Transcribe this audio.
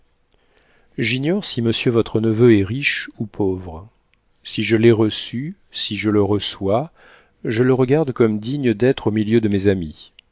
j'ignore si monsieur votre neveu est riche ou pauvre si je l'ai reçu si je le reçois je le regarde comme digne d'être au milieu de mes amis